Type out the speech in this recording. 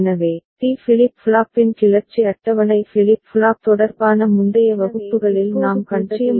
எனவே D flip ஃப்ளாப்பின் கிளர்ச்சி அட்டவணை ஃபிளிப் ஃப்ளாப் தொடர்பான முந்தைய வகுப்புகளில் நாம் கண்டது இதுதான்